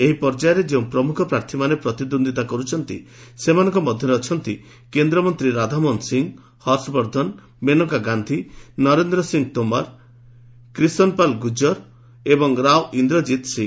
ଏହି ପର୍ଯ୍ୟାୟରେ ଯେଉଁ ପ୍ରମୁଖ ପ୍ରାର୍ଥୀମାନେ ପ୍ରତିଦ୍ୱନ୍ଦ୍ୱିତା କରୁଛନ୍ତି ସେମାନଙ୍କ ମଧ୍ୟରେ ଅଛନ୍ତି କେନ୍ଦ୍ରମନ୍ତ୍ରୀ ରାଧାମୋହନ ସିଂ ହର୍ଷବର୍ଦ୍ଧନ ମାନେକା ଗାନ୍ଧି ନରେନ୍ଦ୍ର ସିଂ ତୋମାର କ୍ରିଷନ୍ ପାଲ୍ ଗୁର୍ଜର୍ ଏବଂ ରାଓ ଇନ୍ଦର୍ଜିତ୍ ସିଂ